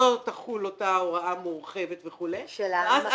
לא תחול אותה הוראה מורחבת וכולי -- של מה?